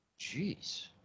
Jeez